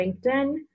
LinkedIn